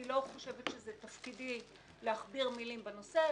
אני לא חושבת שזה תפקידי להכביר מלים בנושא.